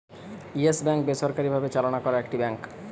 yes bank বেসরকারি ভাবে চালনা করা একটা ব্যাঙ্ক